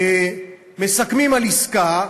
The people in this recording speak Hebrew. מסכמים על עסקה,